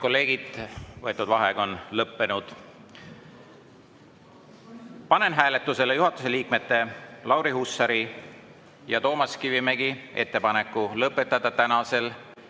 kolleegid, vaheaeg on lõppenud. Panen hääletusele juhatuse liikmete Lauri Hussari ja Toomas Kivimägi ettepaneku lõpetada tänasel,